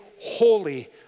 holy